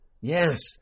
yes